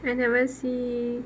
I never see